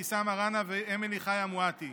אבתיסאם מראענה ואמילי חיה מואטי.